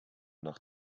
nach